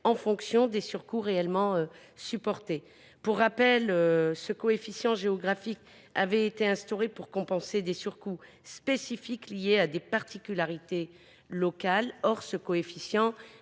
en fonction des surcoûts réellement supportés. Pour rappel, ce coefficient géographique avait été instauré pour compenser des surcoûts spécifiques liés à des particularités locales. Or il se